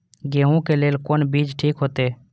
गेहूं के लेल कोन बीज ठीक होते?